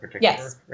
Yes